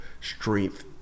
strength